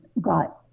got